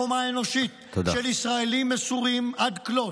בחומה אנושית של ישראלים מסורים עד כלות,